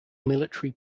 military